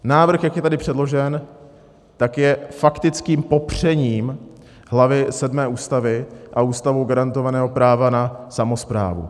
Návrh, jak je tady předložen, je faktickým popřením hlavy sedmé Ústavy a Ústavou garantovaného práva na samosprávu.